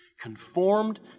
conformed